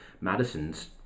Madison's